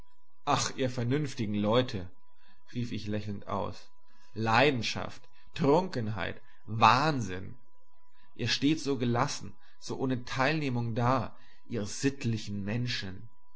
ach ihr vernünftigen leute rief ich lächelnd aus leidenschaft trunkenheit wahnsinn ihr steht so gelassen so ohne teilnehmung da ihr sittlichen menschen